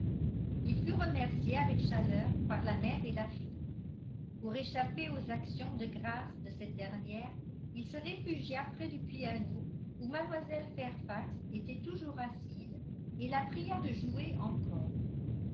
il fut remercié avec chaleur par la mère et la fille pour échapper aux actions de grâces de cette dernière il se réfugia près du piano où mlle fairfax était toujours assise et la pria de jouer encore